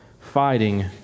fighting